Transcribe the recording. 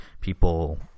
people